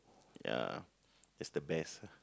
ya is the best